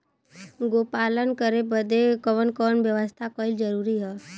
गोपालन करे बदे कवन कवन व्यवस्था कइल जरूरी ह?